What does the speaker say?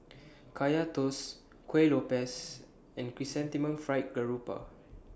Kaya Toast Kuih Lopes and Chrysanthemum Fried Garoupa